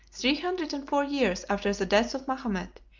three hundred and four years after the death of mahomet,